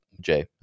Jay